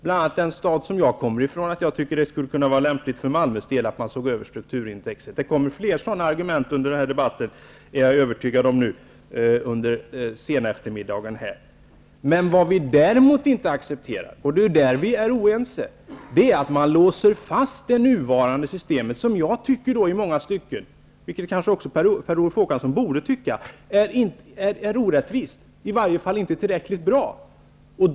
Bl.a. i den stad jag kommer ifrån, Malmö, skulle det kunna vara lämpligt att se över strukturindexet. Jag är övertygad om att det under seneftermiddagens debatt kommer att komma fler sådana argument. Vad vi däremot inte accepterar -- och det är där vi är oense -- är att man låser fast det nuvarande systemet, som enligt min uppfattning i många stycken är orättvist eller i varje fall inte tillräckligt bra. Detta kanske även Per Olof Håkansson borde tycka.